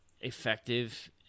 effective